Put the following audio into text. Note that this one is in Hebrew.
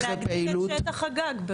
להגדיל את שטח הגג.